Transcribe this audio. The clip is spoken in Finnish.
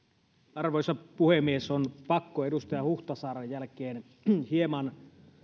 arvoisa puhemies on pakko edustaja huhtasaaren jälkeen hieman